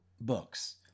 books